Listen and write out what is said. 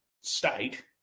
state